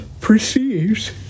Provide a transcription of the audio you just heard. perceives